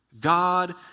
God